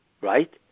Right